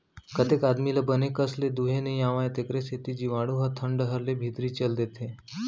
कतेक आदमी ल बने कस ले दुहे नइ आवय तेकरे सेती जीवाणु ह थन डहर ले भीतरी चल देथे